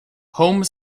home